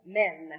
men